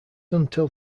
until